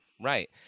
right